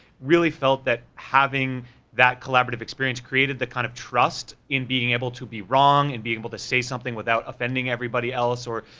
really felt that having that collaborative experience created the kind of trust in being able to be wrong, and being able to say something without offending everybody else, or,